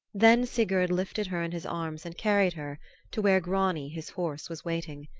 then sigurd lifted her in his arms and carried her to where grani, his horse, was waiting.